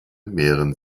mehren